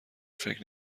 فکر